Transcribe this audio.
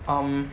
um